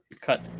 cut